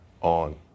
on